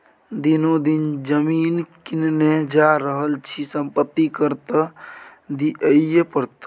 दिनो दिन जमीन किनने जा रहल छी संपत्ति कर त दिअइये पड़तौ